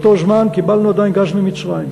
באותו זמן קיבלנו עדיין גז ממצרים,